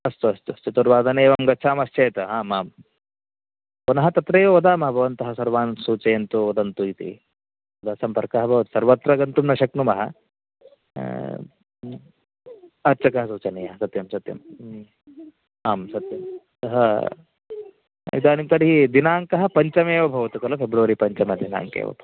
अस्तु अस्तु अस्तु चतुर्वादने एवं गच्छामश्चेत् आम् आम् पुनः तत्रैव वदामः भवन्तः सर्वान् सूचयन्तु वदन्तु इति सम्पर्कः भवत् सर्वत्र गन्तुं न शक्नुमः पाचकः सूचनीयः सत्यं सत्यं आम् सत्यं अतः इदानीं तर्हि दिनाङ्कः पञ्चमेव भवतु खलु फेब्रवरि पञ्चमदिनाङ्के एव भव